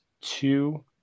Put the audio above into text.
two